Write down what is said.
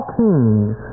kings